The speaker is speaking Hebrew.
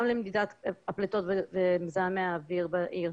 גם למדידת הפליטות ומזהמי האוויר בעיר,